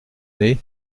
nez